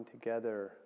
together